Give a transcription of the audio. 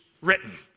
written